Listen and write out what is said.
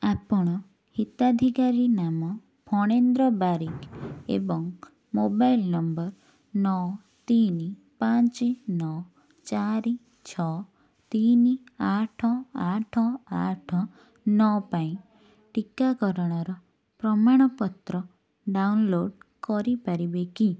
ଆପଣ ହିତାଧିକାରୀ ନାମ ମଣେନ୍ଦ୍ର ବାରିକ୍ ଏବଂ ମୋବାଇଲ୍ ନମ୍ବର୍ ନଅ ତିନି ପାଞ୍ଚ ନଅ ଚାରି ଛଅ ତିନି ଆଠ ଆଠ ଆଠ ନଅ ପାଇଁ ଟିକାକରଣର ପ୍ରମାଣପତ୍ର ଡାଉନଲୋଡ଼୍ କରିପାରିବେ କି